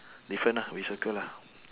different lah we circle lah